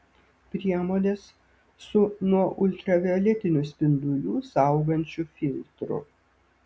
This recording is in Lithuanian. priemonės su nuo ultravioletinių spindulių saugančiu filtru